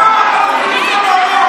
החוצה.